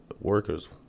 workers